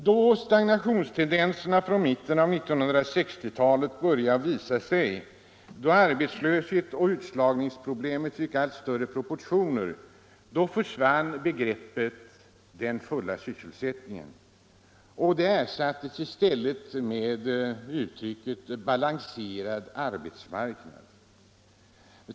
Då stagnationstendenserna från mitten av 1960-talet började visa sig och då arbetslöshetsoch utslagningsproblem fick allt större proportioner, försvann begreppet ”full sysselsättning” och ersattes med uttrycket ”balanserad arbetsmarknad”.